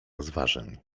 rozważań